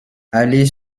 aller